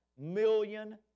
million